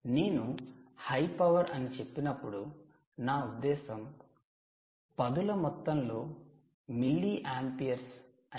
నేను high power అని చెప్పినప్పుడు నా ఉద్దేశ్యం పదుల మొత్తంలో మిల్లీయాంపీయర్స్ అని